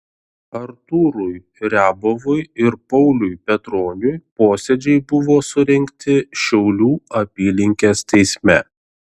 artūrui riabovui ir pauliui petroniui posėdžiai buvo surengti šiaulių apylinkės teisme